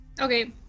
Okay